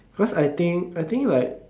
cause I think I think like